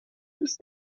دوست